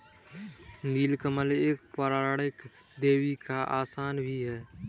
नील कमल एक पौराणिक देवी का आसन भी है